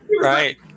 Right